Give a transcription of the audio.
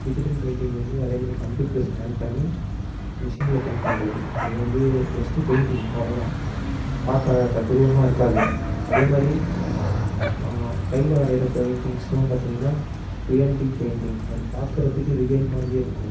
digital பெயிண்டிங்கை வந்து அதே மாதிரி கம்ப்யூட்டரை ஸ்கேன் பண்ணி மிஷினில் பெயிண்ட் பண்ணுறது அது வந்து ஜஸ்ட்டு பெயிண்டிங் அவ்வளோ தான் பார்க்க அது தத்ரூபமாக இருக்காது அதே மாதிரி கையில் வரைகிற பெயிண்ட்டிங்ஸுலாம் பார்த்திங்கன்னா ரியாலிட்டி பெயிண்ட்டிங் அது பார்க்குறதுக்கு ரியல் மாதிரியே இருக்கும்